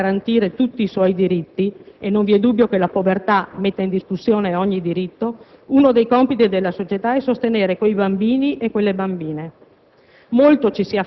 di salvaguardare e garantire tutti i suoi diritti - e non vi è dubbio che la povertà metta in discussione ogni diritto - uno dei compiti della società è sostenere quei bambini e quelle bambine.